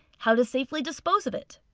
how to safely dispose of it,